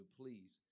please